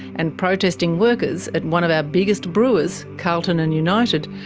and protesting workers at one of our biggest brewers, carlton and united,